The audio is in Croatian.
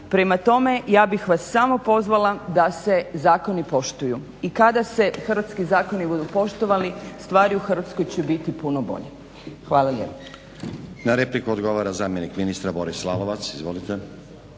Prema tome, ja bih vas samo pozvala da se zakoni poštuju. I kada se hrvatski zakoni budu poštovali stvari u Hrvatskoj će biti puno bolje. Hvala lijepa.